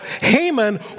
Haman